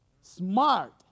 smart